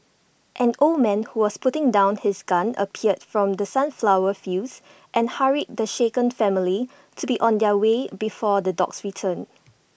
an old man who was putting down his gun appeared from the sunflower fields and hurried the shaken family to be on their way before the dogs return